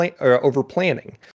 over-planning